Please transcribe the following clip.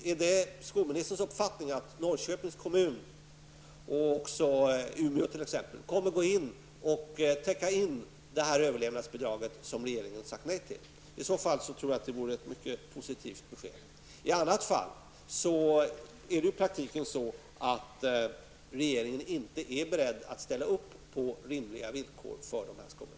Är det skolministerns uppfattning att Norrköpings kommun och t.ex. Umeås kommun kommer att gå in och täcka det överlevnadsbidrag som regeringen har sagt nej till? I så fall vore det ett mycket positivt besked. I annat fall är det i praktiken så att regeringen inte är beredd att ställa upp på rimliga villkor för dessa skolor.